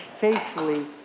faithfully